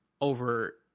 over